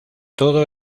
todo